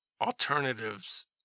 alternatives